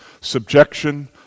subjection